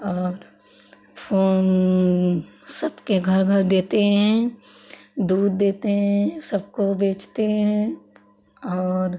और फोन सबके घर घर देते हैं दूध देते हैं सबको बेचते हैं और